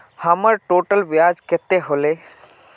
हमर टोटल ब्याज कते होले?